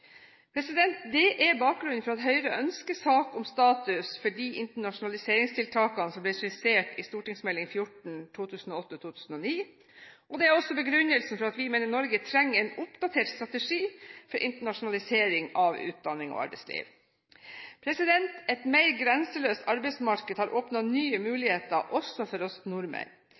Det er bakgrunnen for at Høyre ønsker sak om status for de internasjonaliseringstiltakene som ble skissert i St.meld. nr.14 for 2008–2009, og det er også begrunnelsen for at vi mener Norge trenger en oppdatert strategi for internasjonalisering av utdanning og arbeidsliv. Et mer grenseløst arbeidsmarked har åpnet nye muligheter også for oss nordmenn.